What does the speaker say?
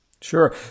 Sure